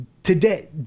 Today